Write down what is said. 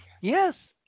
Yes